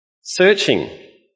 searching